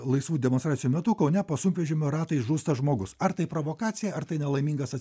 laisvų demonstracijų metu kaune po sunkvežimio ratais žūsta žmogus ar tai provokacija ar tai nelaimingas